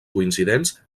coincidents